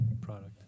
product